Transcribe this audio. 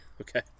okay